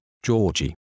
Georgie